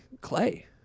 Clay